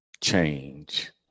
change